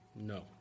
no